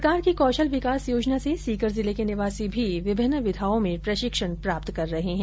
सरकार की कौशल विकास योजना से सीकर जिले के निवासी भी विभिन्न विधाओं में प्रशिक्षण प्राप्त कर रहे हैं